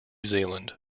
zealand